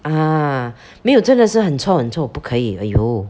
ah 没有真的是很臭很臭不可以 !aiyo!